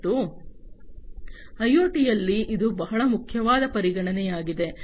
ಮತ್ತು ಐಒಟಿಯಲ್ಲಿ ಇದು ಬಹಳ ಮುಖ್ಯವಾದ ಪರಿಗಣನೆಯಾಗಿದೆ